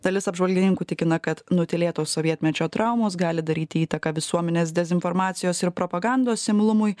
dalis apžvalgininkų tikina kad nutylėtos sovietmečio traumos gali daryti įtaką visuomenės dezinformacijos ir propagandos imlumui